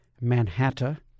Manhattan